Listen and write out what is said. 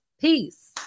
Peace